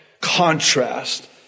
contrast